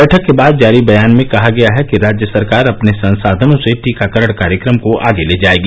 बैठक के बाद जारी बयान में कहा गया है कि राज्य सरकार अपने संसाधनों से टीकाकरण कार्यक्रम को आगे ले जाएगी